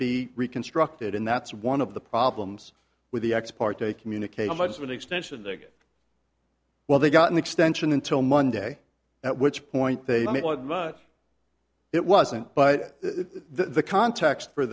be reconstructed and that's one of the problems with the ex parte communication much of an extension that well they got an extension until monday at which point they much it wasn't but the context for